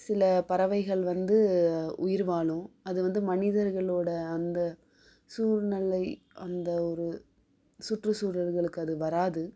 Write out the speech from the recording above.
சில பறவைகள் வந்து உயிர் வாழும் அது வந்து மனிதர்களோடய அந்த சூழ்நிலை அந்த ஒரு சுற்றுசூழல்களுக்கு அது வராது